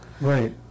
Right